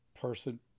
person